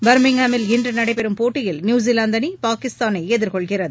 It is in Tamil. பர்மிங்காமில் இன்று நடைபெறம் போட்டியில் நியூசிலாந்து அணி பாகிஸ்தானை எதிர்கொள்கிறது